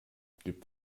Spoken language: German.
gibt